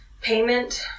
Payment